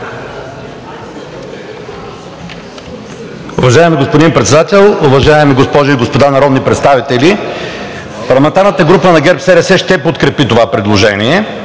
Уважаеми господин Председател, уважаеми госпожи и господа народни представители! Парламентарната група на ГЕРБ-СДС ще подкрепи това предложение.